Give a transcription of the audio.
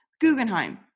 Guggenheim